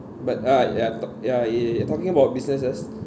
but uh ya talk ya you you you talking about businesses